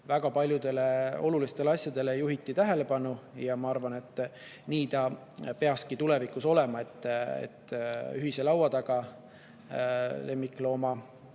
väga paljudele olulistele asjadele juhiti tähelepanu. Ja ma arvan, et nii ta peakski ka tulevikus olema. Ühise laua taga peaksid olema